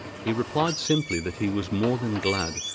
he replied simply that he was more than glad,